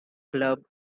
club